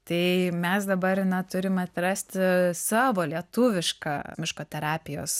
tai mes dabar na turim atrasti savo lietuvišką miško terapijos